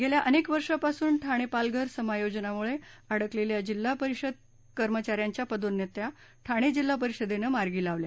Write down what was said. गेल्या अनेक वर्षापासून ठाणे पालघर समायोजनामुळं अडकलेल्या जिल्हा परिषद कर्मचा यांच्या पदोन्नत्या ठाणे जिल्हा परिषदेनं मार्गी लावल्या